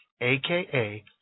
Aka